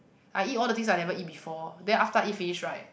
I eat all the things I never eat before then after I eat finish right